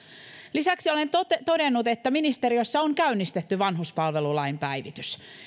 lisäksi olen todennut että ministeriössä on käynnistetty vanhuspalvelulain päivitys